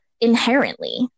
inherently